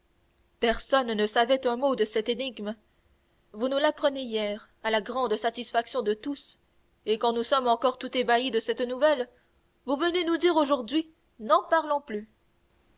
personne ne savait un mot de cette énigme vous nous l'apprenez hier à la grande satisfaction de tous et quand nous sommes encore tout ébahis de cette nouvelle vous venez nous dire aujourd'hui n'en parlons plus